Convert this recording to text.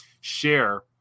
share